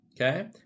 Okay